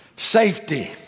Safety